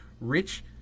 Rich